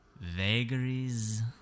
vagaries